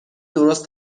درست